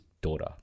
daughter